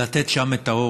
לתת שם את האור,